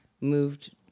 moved